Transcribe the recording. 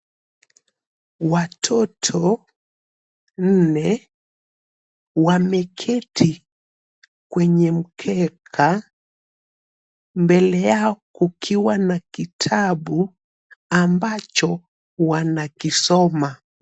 Watoto nne wameketi kwenye mkeka, mbele yao kukiwa na kitabu ambacho wanakisoma.